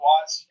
watch